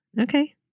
Okay